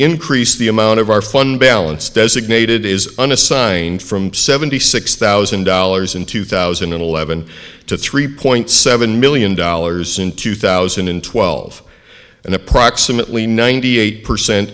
increase the amount of our fund balance designated as unassigned from seventy six thousand dollars in two thousand and eleven to three point seven million dollars in two thousand and twelve and approximately ninety eight percent